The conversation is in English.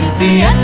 the